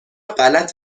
غلط